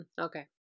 okay